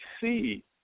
see